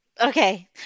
okay